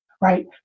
right